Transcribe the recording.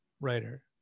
writer